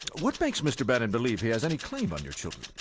what makes mr. bannon believe he has any claim on your children?